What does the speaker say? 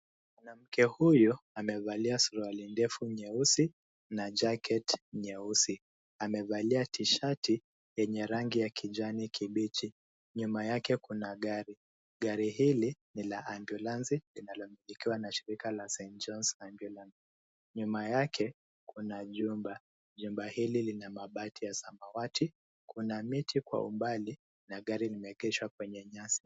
Mwanamke huyu, amevalia suruali ndefu nyeusi na jacket nyeusi. Amevalia tishati yenye rangi ya kijani kibichi. Nyuma yake kuna gari. Gari hili ni la ambulansi linalomilikiwa na shirika la St John ambulance. Nyuma yake, kuna jumba. Jumba hili lina mabati ya samawati. Kuna miti kwa umbali na gari nimeegesha kwenye nyasi.